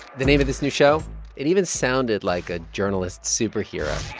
the name of this new show it even sounded like a journalist superhero